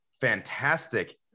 fantastic